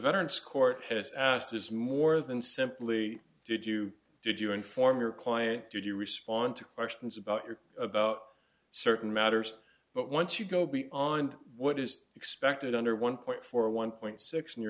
veterans court has asked is more than simply did you did you inform your client did you respond to questions about your about certain matters but once you go beyond what is expected under one point four one point six in your